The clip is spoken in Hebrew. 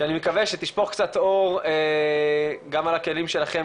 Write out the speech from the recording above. שאני מקווה שתשפוך קצת אור גם על הכלים שלכם